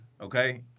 okay